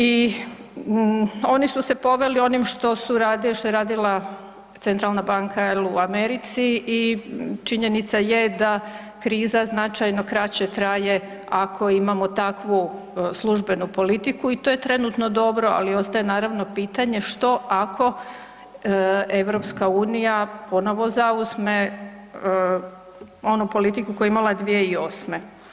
I oni su se poveli onim što su, što je radila centralna banka jel u Americi i činjenica je da kriza značajno kraće traje ako imamo takvu službenu politiku i to je trenutno dobro, ali ostaje naravno pitanje što ako EU ponovo zauzme onu politiku koju je imala 2008.